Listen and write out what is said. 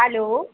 hello